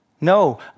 No